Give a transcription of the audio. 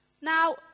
Now